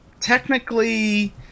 technically